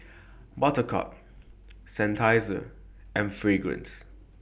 Buttercup Seinheiser and Fragrance